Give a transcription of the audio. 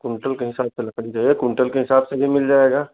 quintal के हिसाब से लकड़ी चाहिए कुंटल के हिसाब से भी मिल जाएगा